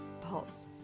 pulse